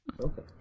Okay